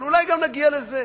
אבל אולי גם נגיע לזה.